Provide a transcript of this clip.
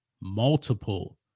multiple